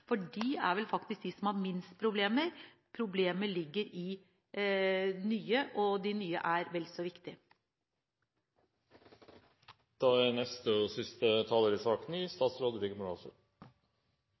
bare de aller største paraplyorganisasjonene, for det er vel faktisk de som har minst problemer. Problemet ligger i nye, og nye er vel så viktige. Jeg vil også takke for en debatt om et tema som er